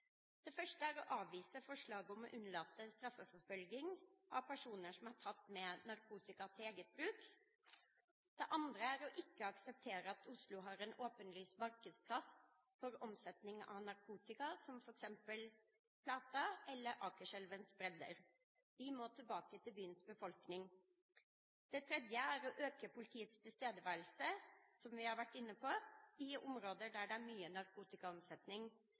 Det første er å avvise forslaget om å unnlate straffeforfølging av personer som er tatt med narkotika til eget bruk. Det andre er å ikke akseptere at Oslo har en åpenlys markedsplass for omsetning av narkotika, som f.eks. Plata eller Akerselvens bredder. Disse områdene må tilbake til byens befolkning. Det tredje er å øke politiets tilstedeværelse, som vi har vært inne på, i områder der det er mye narkotikaomsetning